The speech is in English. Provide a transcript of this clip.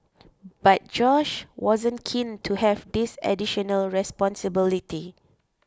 but Josh wasn't keen to have this additional responsibility